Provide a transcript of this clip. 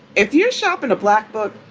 if you're shopping a black book